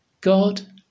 God